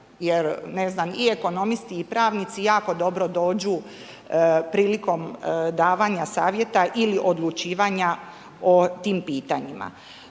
jer ne znam, i ekonomisti i pravnici jako dobro dođu prilikom davanja savjeta ili odlučivanja o tim pitanjima.